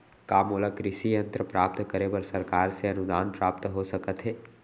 का मोला कृषि यंत्र प्राप्त करे बर सरकार से अनुदान प्राप्त हो सकत हे?